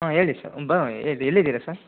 ಹಾಂ ಹೇಳಿ ಸರ್ ಬಾ ಇದು ಎಲ್ಲಿದ್ದೀರಾ ಸರ್